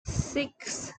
six